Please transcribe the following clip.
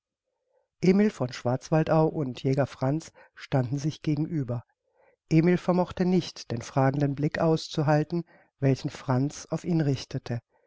emil von schwarzwaldau und jäger franz standen sich gegenüber emil vermochte nicht den fragenden blick auszuhalten welchen franz auf ihn richtete